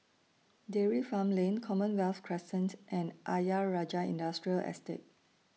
Dairy Farm Lane Commonwealth Crescent and Ayer Rajah Industrial Estate